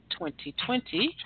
2020